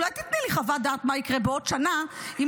אולי תיתני לי חוות דעת מה יקרה בעוד שנה אם